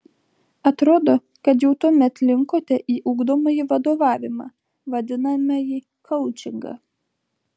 atrodo kad jau tuomet linkote į ugdomąjį vadovavimą vadinamąjį koučingą